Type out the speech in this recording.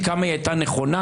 מי דיבר על לחסום?